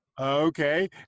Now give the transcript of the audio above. Okay